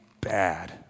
bad